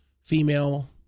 female